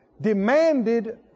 demanded